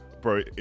Bro